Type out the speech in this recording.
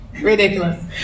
Ridiculous